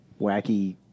wacky